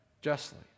justly